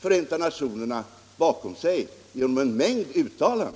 Förenta nationerna bakom sig genom en mängd uttalanden?